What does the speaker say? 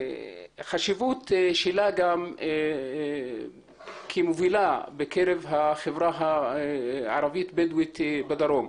והחשיבות שלה גם כמובילה בקרב החברה הערבית-בדואית בדרום.